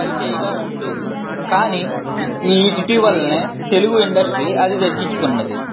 పైచేయిగా ఉండేది కాని ఈ ఇటీవలే తెలుగు ఇండస్ట్రీ అది దక్కించుకుంది